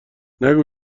نگو